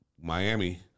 Miami